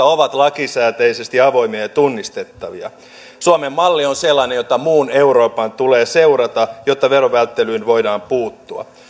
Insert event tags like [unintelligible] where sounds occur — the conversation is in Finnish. [unintelligible] ovat lakisääteisesti avoimia ja tunnistettavia suomen malli on sellainen jota muun euroopan tulee seurata jotta verovälttelyyn voidaan puuttua